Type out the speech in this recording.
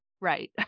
right